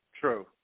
True